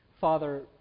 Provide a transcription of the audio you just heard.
Father